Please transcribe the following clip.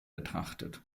betrachtet